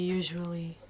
usually